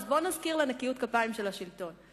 אז בואו נזכיר לה ניקיון כפיים של השלטון: